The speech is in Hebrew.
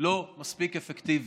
לא מספיק אפקטיבי.